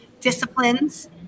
disciplines